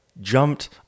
jumped